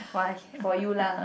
why for you lah